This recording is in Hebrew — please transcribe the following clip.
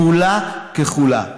כולה, ככולה.